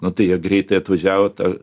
nu tai jie greitai atvažiavo ta